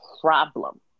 problem